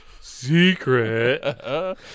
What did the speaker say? secret